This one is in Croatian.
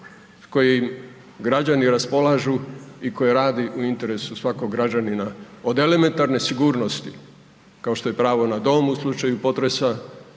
kojim građani raspolažu i koje radi u interesu svakog građanina od elementarne sigurnosti kao što je pravo na dom u slučaju potresa